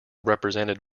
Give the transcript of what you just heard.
represented